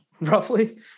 roughly